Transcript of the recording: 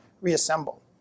reassemble